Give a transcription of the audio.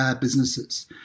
businesses